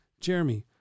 Jeremy